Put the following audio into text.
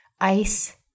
ICE